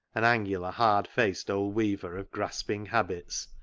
an angular, hard faced old weaver of grasping habits.